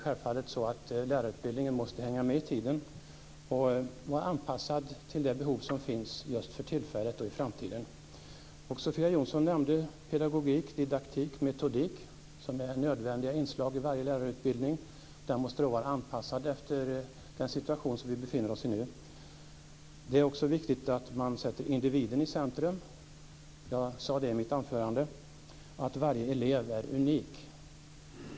Självfallet måste lärarutbildningen hänga med i tiden och vara anpassad efter det behov som finns just för tillfället och i framtiden. Sofia Jonsson nämnde pedagogik, didaktik och metodik som ju är nödvändiga inslag i varje lärarutbildning. Den måste vara anpassad efter den situation vi befinner oss i nu. Det är också viktigt att man sätter individen i centrum. Jag sade i mitt anförande att varje elev är unik.